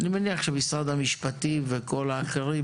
אני מניח שמשרד המשפטים וכל האחרים